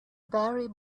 barry